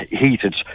heated